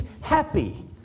happy